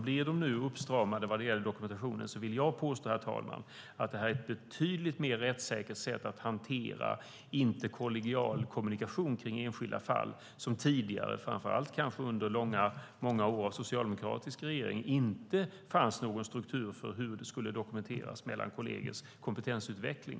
Blir de nu uppstramade vad gäller dokumentationen vill jag påstå, herr talman, att det är ett betydligt mer rättssäkert sätt att hantera interkollegial kommunikation kring enskilda fall. Tidigare, framför allt under många år av socialdemokratisk regering, fanns det inte någon struktur för hur det skulle dokumenteras mellan kollegers kompetensutveckling.